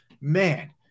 man